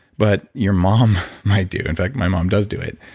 but your mom might do. in fact, my mom does do it.